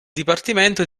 dipartimento